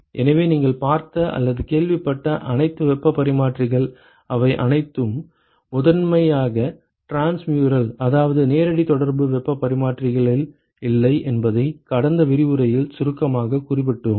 எனவே நீங்கள் பார்த்த அல்லது கேள்விப்பட்ட அனைத்து வெப்பப் பரிமாற்றிகள் அவை அனைத்தும் முதன்மையாக டிரான்ஸ்மியூரல் அதாவது நேரடி தொடர்பு வெப்பப் பரிமாற்றிகளில் இல்லை என்பதை கடந்த விரிவுரையில் சுருக்கமாகக் குறிப்பிட்டோம்